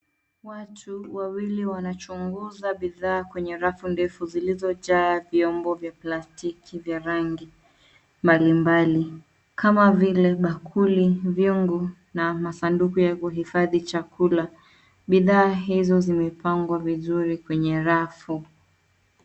Watu Wawili wanachunguzwa bidhaa kwenye rafu ndefu zilizojaa vyombo vya plastiki vya rangi mbali mbali kama vile bakuli, vyungu na masanduku ya kuhifadhi chakula. Bidhaa hizo zimepangwa vizuri kwenye rafu.